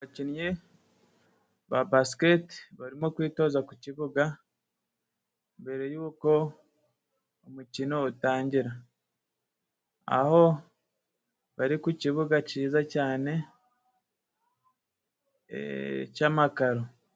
Abakinnyi ba basiketi barimo kwitoza ku kibuga. Mbere yuko umukino utangira. Aho bari ku kibuga cyiza cyane cy'amakaro.